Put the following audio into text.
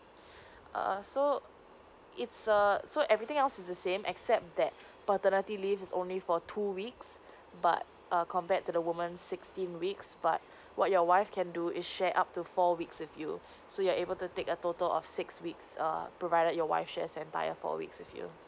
err so it's a so everything else is the same except that paternity leave is only for two weeks but err compared to the woman sixteen weeks but what your wife can do is share up to four weeks with you so you're able to take a total of six weeks err provided your wife shares the entire four weeks with you